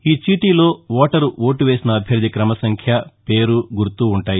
ఈ చీటీలో voter vote వేసిన అభ్యర్థి క్రమసంఖ్య పేరు గుర్తు ఉంటాయి